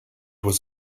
was